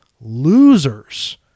losers